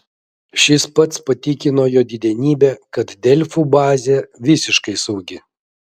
šis pats patikino jo didenybę kad delfų bazė visiškai saugi